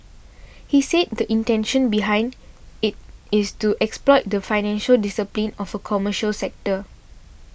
he said the intention behind it is to exploit the financial discipline of a commercial sector